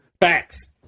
Facts